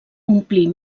omplir